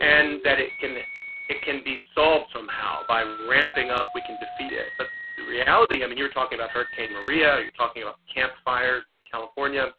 and that it can it can be solved somehow by ramping up. we can defeat it. but the reality i mean, you're talking about hurricane maria. you're talking about camp fires, california